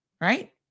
right